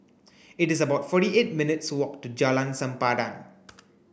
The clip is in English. it is about forty eight minutes' walk to Jalan Sempadan